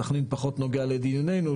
סכנין פחות נוגע לדיוננו,